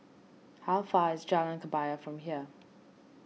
how far is Jalan Kebaya from here